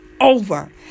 over